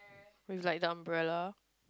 with like the umbrella